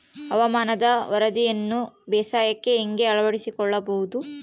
ಹವಾಮಾನದ ವರದಿಯನ್ನು ಬೇಸಾಯಕ್ಕೆ ಹೇಗೆ ಅಳವಡಿಸಿಕೊಳ್ಳಬಹುದು?